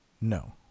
No